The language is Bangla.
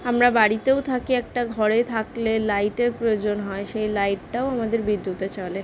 আমরা বাড়িতেও থাকি একটা ঘরে থাকলে লাইটের প্রয়োজন হয় সেই লাইটটাও আমাদের বিদ্যুতে চলে